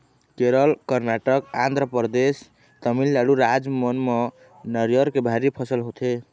केरल, करनाटक, आंध्रपरदेस, तमिलनाडु राज मन म नरियर के भारी फसल होथे